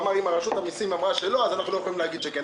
ואמרו: אם רשות המסים אמרה שלא אז אנחנו לא יכולים להגיד שכן.